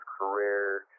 career